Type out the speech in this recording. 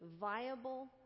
viable